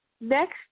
next